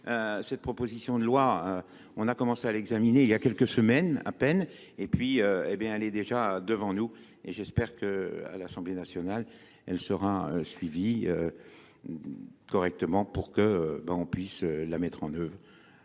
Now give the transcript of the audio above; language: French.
cette proposition de loi, on a commencé à l'examiner il y a quelques semaines à peine et puis elle est déjà devant nous et j'espère que l'Assemblée nationale, elle sera suivie correctement pour que l'on puisse la mettre en œuvre.